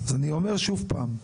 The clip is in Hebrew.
אז אני אומר שוב פעם,